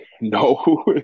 no